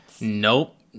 Nope